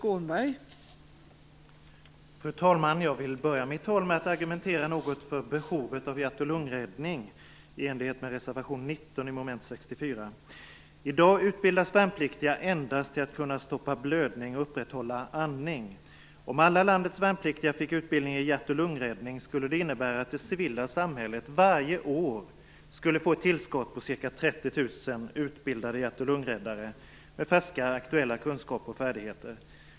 Fru talman! Jag vill börja mitt anförande med att argumentera något för behovet av hjärt och lungräddning, i enlighet med reservation 19 avseende mom. 64. I dag utbildas värnpliktiga endast till att kunna stoppa blödning och upprätthålla andning. Om alla landets värnpliktiga fick utbildning i hjärt och lungräddning skulle det innebära att det civila samhället varje år skulle få ett tillskott på ca 30 000 utbildade hjärt och lungräddare, med färska aktuella kunskaper och färdigheter.